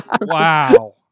wow